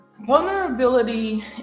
vulnerability